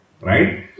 Right